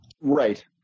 Right